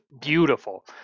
beautiful